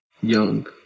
young